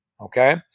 okay